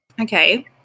Okay